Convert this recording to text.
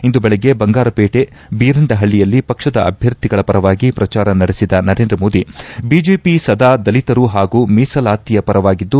ಇಂದು ಬೆಳಗ್ಗೆ ಬಂಗಾರಪೇಟೆ ಬೀರಂಡಹ್ಳಯಲ್ಲಿ ಪಕ್ಷದ ಅಭ್ಯರ್ಥಿಗಳ ಪರವಾಗಿ ಪ್ರಚಾರ ನಡೆಸಿದ ನರೇಂದ್ರ ಮೋದಿ ಬಿಜೆಪಿ ಸದಾ ದಲಿತರು ಹಾಗೂ ಮೀಸಲಾತಿಯ ಪರವಾಗಿದ್ದು